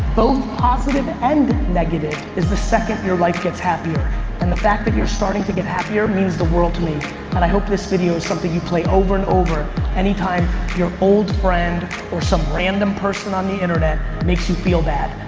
both positive and negative, is the second your life gets happier and the fact that you're starting to get happier means the world to me and i hope this video is something you play over and over anytime your old friend or some random person on the internet makes you feel bad.